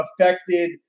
affected